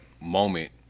moment